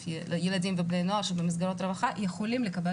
ילדים ובני נוער שנמצאים במסגרות רווחה ויכולים לקבל